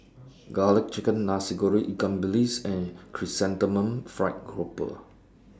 Garlic Chicken Nasi Goreng Ikan Bilis and Chrysanthemum Fried Grouper